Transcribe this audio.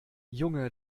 junge